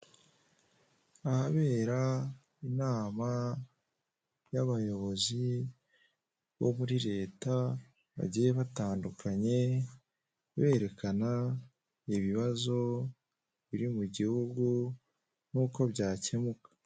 Ahabera inama y'abayobozi bo muri leta bagiye batandukanye berekana ibibazo biri mu gihugu n'uko byakemuka.